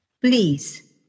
please